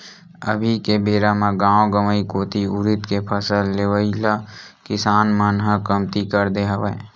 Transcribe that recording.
अभी के बेरा म गाँव गंवई कोती उरिद के फसल लेवई ल किसान मन ह कमती कर दे हवय